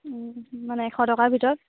মানে এশ টকাৰ ভিতৰত